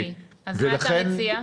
אז מה אתה מציע?